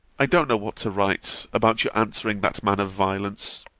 i don't know what to write, about your answering that man of violence.